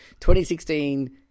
2016